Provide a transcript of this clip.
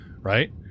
Right